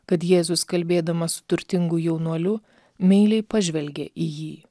kad jėzus kalbėdamas su turtingu jaunuoliu meiliai pažvelgė į jį